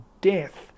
Death